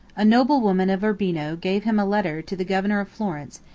a noble woman of urbino gave him a letter to the governor of florence,